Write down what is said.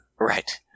Right